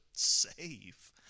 save